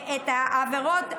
והעבירות האלה,